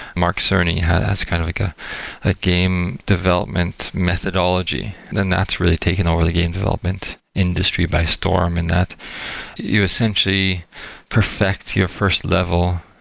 mark cerny has kind of like a ah game development methodology, and then that's really taking over the game development industry by storm, in that you essentially perfect your first level,